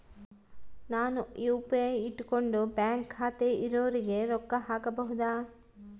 ನಾನು ಯು.ಪಿ.ಐ ಇಟ್ಕೊಂಡು ಬ್ಯಾಂಕ್ ಖಾತೆ ಇರೊರಿಗೆ ರೊಕ್ಕ ಹಾಕಬಹುದಾ?